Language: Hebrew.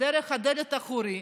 דרך הדלת האחורית,